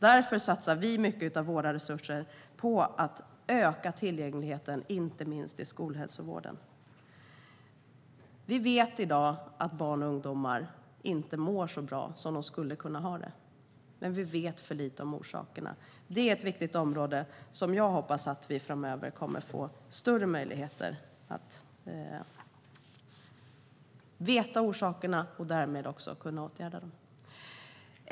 Därför satsar vi mycket av våra resurser på att öka tillgängligheten, inte minst i skolhälsovården. Vi vet i dag att barn och ungdomar inte mår så bra som de skulle kunna göra, men vi vet för lite om orsakerna. Det är ett viktigt område där jag hoppas att vi framöver kommer att få större möjligheter att ta reda på orsakerna och därmed också kunna åtgärda dem.